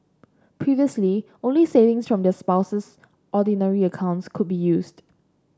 previously only savings from their spouse's Ordinary accounts could be used